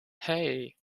hey